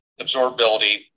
absorbability